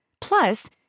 Plus